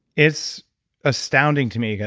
it's astounding to me.